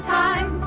time